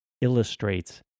illustrates